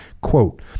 Quote